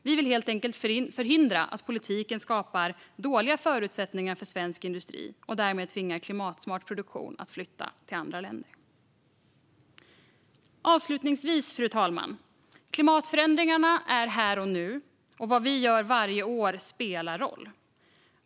Vi vill helt enkelt förhindra att politiken skapar dåliga förutsättningar för svensk industri och därmed tvingar klimatsmart produktion att flytta till andra länder. Avslutningsvis, fru talman, är klimatförändringarna här och nu, och vad vi gör varje år spelar roll.